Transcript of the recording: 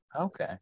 Okay